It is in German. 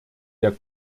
der